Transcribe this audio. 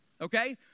okay